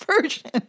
version